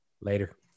Later